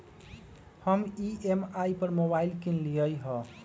हम ई.एम.आई पर मोबाइल किनलियइ ह